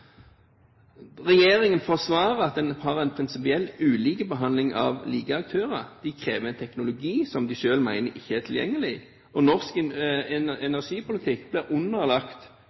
den har en prinsipiell ulik behandling av like aktører. De krever en teknologi som de selv mener ikke er tilgjengelig. Norsk energipolitikk blir underlagt nasjonale CO2-rammevilkår i stedet for at man ser på energiforsyningssikkerheten som en